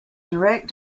direct